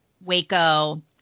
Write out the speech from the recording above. Waco